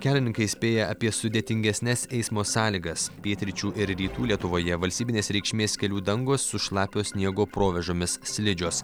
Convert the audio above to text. kelininkai įspėja apie sudėtingesnes eismo sąlygas pietryčių ir rytų lietuvoje valstybinės reikšmės kelių dangos su šlapio sniego provėžomis slidžios